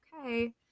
okay